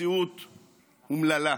של אין דיין, היא מציאות אומללה.